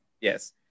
Yes